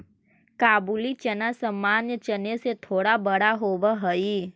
काबुली चना सामान्य चने से थोड़ा बड़ा होवअ हई